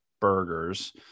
burgers